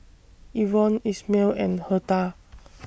Evon Ismael and Hertha